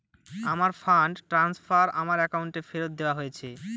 আমার fund transfer আমার অ্যাকাউন্টে ফেরত দেওয়া হয়েছে